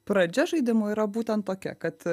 pradžia žaidimo yra būtent tokia kad